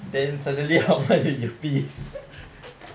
then suddenly aman need earpiece